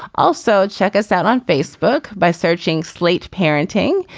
also check us out on facebook by searching slate parenting.